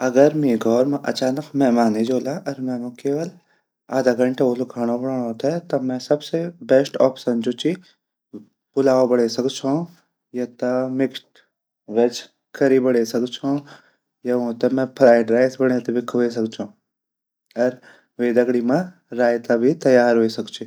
अगर मेरा घोर मा अचानक मेहमान ए जोला खांडो बंडोडोअर मेमू केवल आधा घंटा वोलु ते ता मैं सबसे बेस्ट ऑप्शन जु ची पुलाओ बड़े सकदु छौ या ता मिक्स्ड वेग करी बड़े सकदु छो या उते मैं फ्राइड राइस बड़े ते भी खवे सकदु छो अर वे दगडी मा रायता भी त्यार वे सकदु ची।